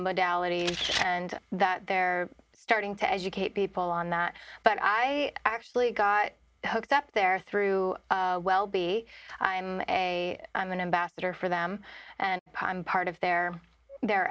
modalities and that they're starting to educate people on that but i actually got hooked up there through welby i'm a i'm an ambassador for them and part of their their